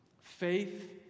faith